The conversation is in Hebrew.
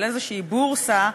של איזושהי בורסה,